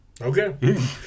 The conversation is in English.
Okay